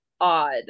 odd